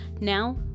Now